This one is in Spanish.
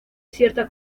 cierta